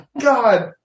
God